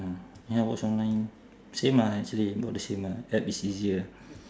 ya watch online same ah actually about the same lah app is easier